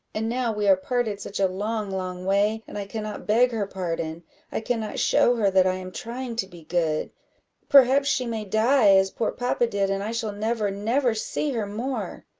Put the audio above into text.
and now we are parted such a long, long way, and i cannot beg her pardon i cannot show her that i am trying to be good perhaps she may die, as poor papa did, and i shall never, never see her more.